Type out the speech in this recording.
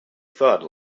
thud